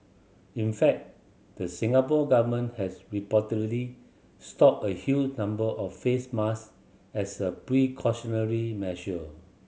in fact the Singapore Government has reportedly stocked a huge number of face mask as a precautionary measure